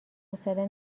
حوصله